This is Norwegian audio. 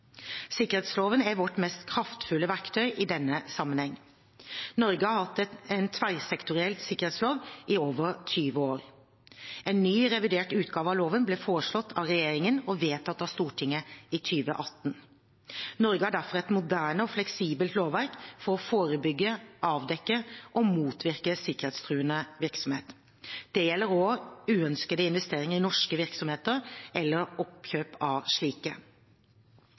Sikkerhetsloven er vårt mest kraftfulle verktøy i denne sammenheng. Norge har hatt en tverrsektoriell sikkerhetslov i over 20 år. En ny, revidert utgave av loven ble foreslått av regjeringen og vedtatt av Stortinget i 2018. Norge har derfor et moderne og fleksibelt lovverk for å forebygge, avdekke og motvirke sikkerhetstruende virksomhet. Det gjelder også uønskede investeringer i norske virksomheter eller oppkjøp av slike.